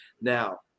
Now